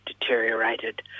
deteriorated